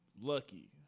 Lucky